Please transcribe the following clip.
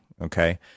okay